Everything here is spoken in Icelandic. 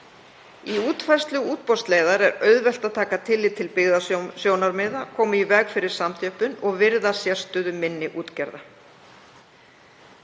Í útfærslu útboðsleiðar er auðvelt að taka tillit til byggðasjónarmiða, koma í veg fyrir samþjöppun og virða sérstöðu minni útgerða.